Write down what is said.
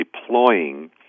deploying